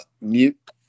mute